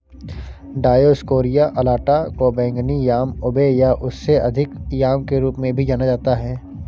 Dioscorea alata को बैंगनी yam ube या उससे अधिक याम के रूप में भी जाना जाता है